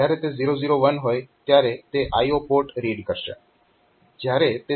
જયારે તે 0 0 1 હોય તો તે IO પોર્ટ રીડ કરશે